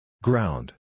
Ground